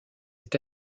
est